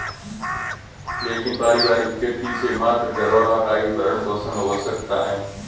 लेकिन पारिवारिक खेती से मात्र घरवालों का ही भरण पोषण हो सकता है